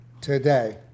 today